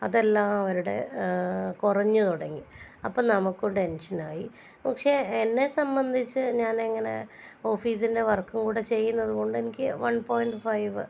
അതെല്ലാം അവരുടെ കുറഞ്ഞ് തുടങ്ങി അപ്പം നമുക്കും ടെൻഷനായി പക്ഷേ എന്നെ സംബന്ധിച്ച് ഞാനങ്ങനെ ഓഫീസിൻ്റെ വർക്കും കൂടെ ചെയ്യുന്നതു കൊണ്ടെനിയ്ക്ക് വൺ പോയന്റ് ഫൈവ്